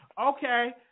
Okay